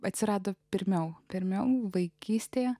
atsirado pirmiau pirmiau vaikystė